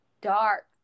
dark